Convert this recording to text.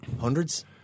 Hundreds